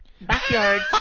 backyard